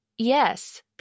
Yes